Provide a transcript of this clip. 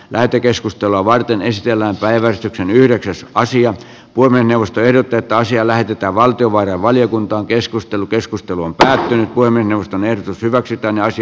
lähetekeskustelua varten ei siellä on päivätty yhdeksäs asiat poimienius tiedotetta asia lähetetään valtiovarainvaliokuntaankeskustelu keskustelu on päättynyt voimme ennustaneet pysyväksi tönäisi